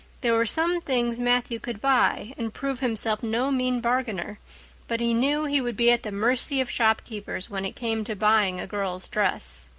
there were some things matthew could buy and prove himself no mean bargainer but he knew he would be at the mercy of shopkeepers when it came to buying a girl's dress.